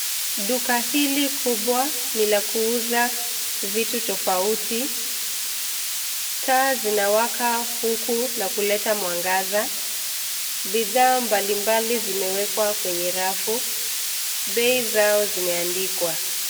Duka hili kubwa, ni la kuuza, vitu tofauti, taa zinawaka huku na kuleta mwangaza, bidhaa mbali mbali zimewekwa kwenye rafu, bei zao zimeandikwa.